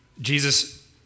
Jesus